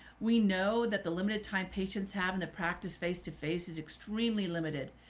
we know that the limited time patients have in the practice face-to-face is extremely limited.